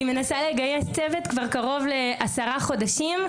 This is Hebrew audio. אני מנסה לגייס צוות כבר קרוב לעשרה חודשים.